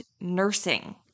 nursing